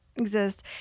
exist